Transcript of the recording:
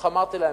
איך אמרתי להם?